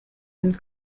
and